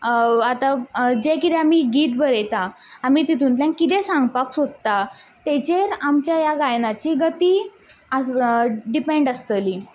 आतां जें कितें आमी गीत बरयता आमी तितूंतल्यान कितें सांगपाक सोदता तेजेर आमच्या ह्या गायनाची गती डिपेंड आसतली